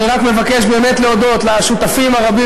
אני רק מבקש להודות באמת לשותפים הרבים